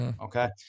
Okay